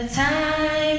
time